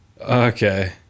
Okay